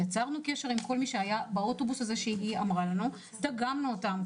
יצרנו קשר עם כל מי שהיה באוטובוס שהיא אמרה לנו ודגמנו אותם.